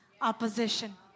opposition